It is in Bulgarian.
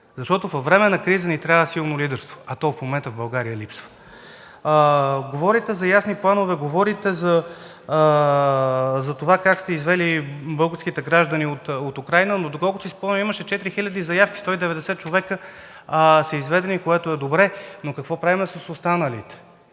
Защото във време на криза ни трябва силно лидерство, а в момента то в България липсва. Говорите за ясни планове, говорите за това как сте извели българските граждани от Украйна, но доколкото си спомням, имаше четири хиляди заявки – 190 човека са изведени, което е добре, но какво правим с останалите?